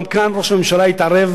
גם כאן ראש הממשלה התערב,